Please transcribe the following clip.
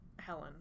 Helen